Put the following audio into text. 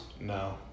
No